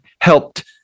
helped